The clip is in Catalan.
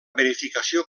verificació